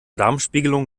darmspiegelung